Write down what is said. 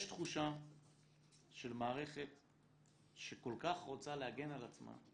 יש תחושה של מערכת שכל כך רוצה להגן על עצמה,